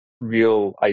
real